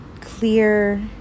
clear